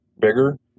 bigger